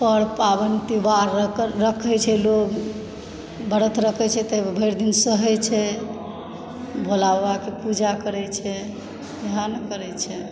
आओर पाबनि त्यौहार रखै छै लोक ब्रत रखै छै तऽ भरि दिन सहै छै भोलाबाबाकेंँ पूजा करै छै इएह ने करै छै